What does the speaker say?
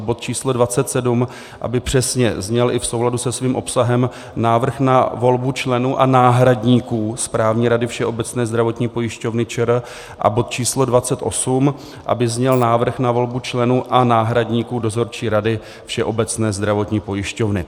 Bod číslo 27 aby přesně zněl i v souladu se svým obsahem Návrh na volbu členů a náhradníků správní rady Všeobecné zdravotní pojišťovny ČR a bod číslo 28 aby zněl Návrh na volbu členů a náhradníků dozorčí rady Všeobecné zdravotní pojišťovny.